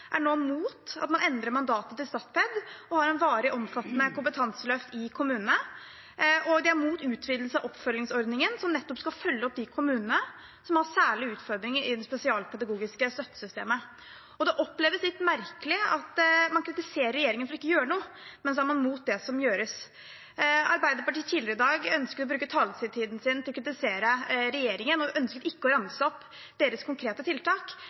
er nå imot at man endrer mandatet til Statped og har et varig omfattende kompetanseløft i kommunene. De er også imot en utvidelse av oppfølgingsordningen, som nettopp skal følge opp de kommunene som har særlige utfordringer i det spesialpedagogiske støttesystemet. Det oppleves som litt merkelig at man kritiserer regjeringen for ikke å gjøre noe, mens man er imot det som gjøres. Arbeiderpartiet ønsket tidligere i dag å bruke taletiden sin til å kritisere regjeringen, og ønsker ikke å ramse opp sine konkrete tiltak.